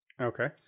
Okay